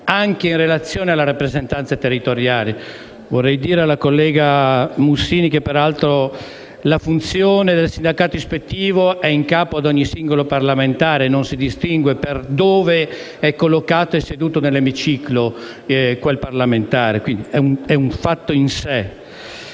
anche in relazione alle rappresentanze territoriali. Vorrei dire alla collega Mussini che la funzione del sindacato ispettivo è in capo a ogni singolo parlamentare, e non si distingue in base a dove è seduto nell'emiciclo quel parlamentare. È un fatto in sé.